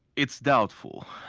it's doubtful.